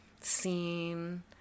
scene